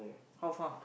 how far